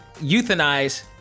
euthanize